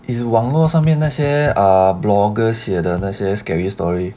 his 网络上面那些 a blogger 写的那些 scary story